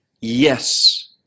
Yes